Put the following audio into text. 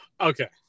Okay